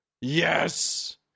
yes